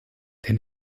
der